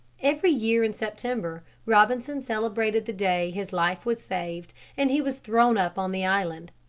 every year in september, robinson celebrated the day his life was saved and he was thrown up on the island.